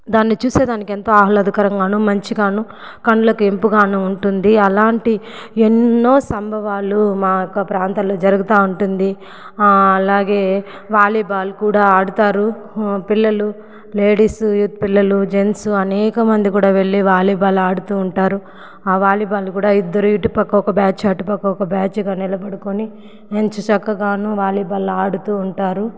దాన్ని చూసే దానికి ఎంతో ఆహ్లాదకరంగాను మంచి గాను కన్నులకి ఇంపుగాను ఉంటుంది అలాంటి ఎన్నో సంభవాలు మా యొక్క ప్రాంతాల్లో జరుగుతూ ఉంటుంది అలాగే వాలీబాల్ కూడా ఆడతారు పిల్లలు లేడీస్ యూత్ పిల్లలు జెంట్స్ అనేకమంది కూడా వెళ్లే వాలీబాల్ ఆడుతూ ఉంటారు వాలీబాల్ కూడా ఇద్దరు ఇటు పక్క ఒక బ్యాచ్ అటుపక్క ఒక బ్యాచ్గా నిలబడుకొని మంచి చక్కగాను వాలీబాల్ ఆడుతూ ఉంటారు